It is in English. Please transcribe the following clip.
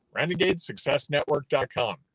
RenegadeSuccessNetwork.com